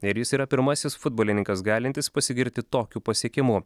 ir jis yra pirmasis futbolininkas galintis pasigirti tokiu pasiekimu